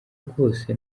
rwose